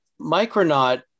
Micronaut